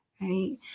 right